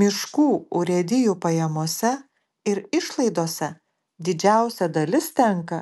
miškų urėdijų pajamose ir išlaidose didžiausia dalis tenka